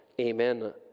Amen